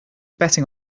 betting